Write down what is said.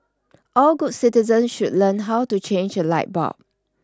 all good citizens should learn how to change a light bulb